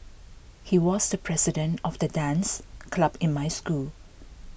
he was the president of the dance club in my school